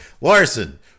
Larson